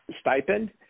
stipend